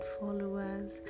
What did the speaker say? followers